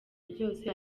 byose